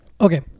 Okay